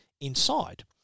inside